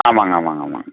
ஆமாங்க ஆமாங்க ஆமாங்க